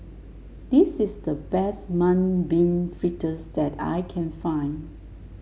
this is the best Mung Bean Fritters that I can find